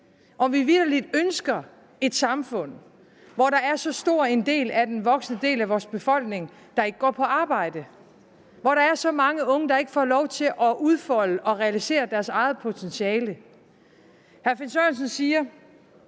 om vi vitterlig ønsker et samfund, hvor der er så stor en del af den voksne del af vores befolkning, der ikke går på arbejde, hvor der er så mange unge, der ikke får lov til at udfolde og realisere deres eget potentiale. Hr. Finn Sørensen siger,